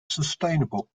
sustainable